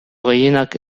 gehienak